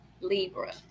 Libra